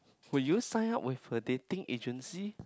would you sign up with a dating agency